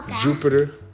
Jupiter